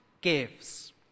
gives